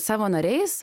savo nariais